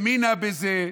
האמינה בזה,